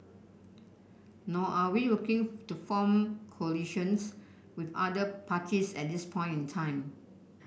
nor are we looking to form coalitions with other parties at this point in time